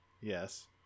Yes